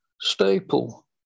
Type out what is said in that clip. staple